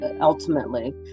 ultimately